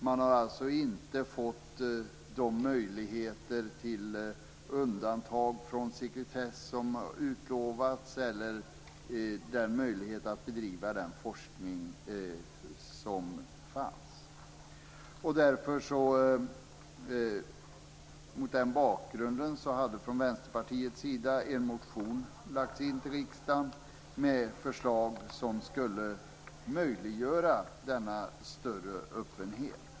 Man har alltså inte fått de möjligheter till undantag från sekretessen som utlovats och inte heller möjlighet att bedriva den forskning som redan fanns. Mot den bakgrunden framlade Vänsterpartiet en motion i riksdagen med förslag som syftade till att möjliggöra denna större öppenhet.